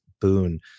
boon